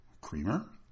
creamer